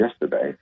yesterday